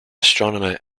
astronomy